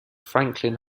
franklin